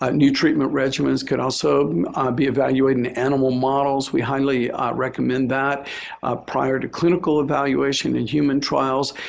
ah new treatment regimens could also be evaluated in animal models. we highly recommend that prior to clinical evaluation and human trials